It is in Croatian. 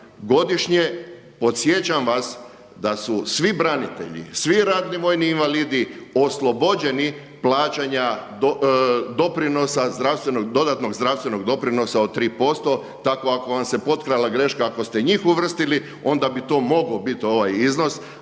godišnje. Podsjećam vas da su svi branitelji, svi ratni vojni invalidi oslobođeni plaćanja doprinosa, dodatnog zdravstvenog doprinosa od 3%. Tako ako vam se potkrala greška, ako ste njih uvrstili onda bi to mogao biti ovaj iznos,